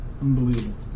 unbelievable